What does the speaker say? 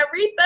aretha